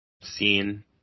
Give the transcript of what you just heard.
seen